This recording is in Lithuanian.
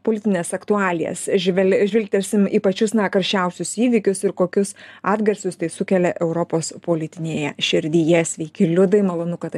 politines aktualijas žvel žvilgtelsim į pačius na karščiausius įvykius ir kokius atgarsius tai sukelia europos politinėje širdyje sveiki liudai malonu kad